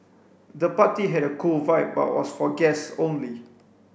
the party had a cool vibe but was for guest only